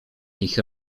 nich